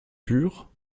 pur